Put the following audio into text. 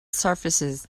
surfaces